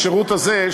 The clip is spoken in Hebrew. השירות הזה,